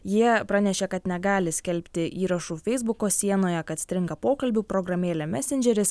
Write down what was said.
jie pranešė kad negali skelbti įrašų feisbuko sienoje kad stringa pokalbių programėlę mesendžeris